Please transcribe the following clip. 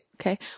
Okay